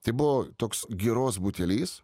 tai buvo toks giros butelys